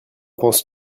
penses